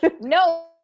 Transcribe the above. no